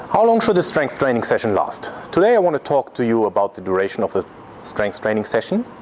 how long should a strength training session last? today i want to talk to you about the duration of a strength training session.